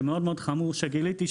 שמאוד חמור שגיליתי,